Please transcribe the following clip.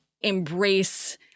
embrace